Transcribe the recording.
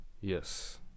Yes